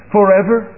Forever